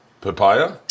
Papaya